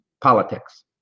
politics